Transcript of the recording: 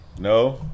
no